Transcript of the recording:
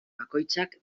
bakoitzak